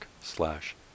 slash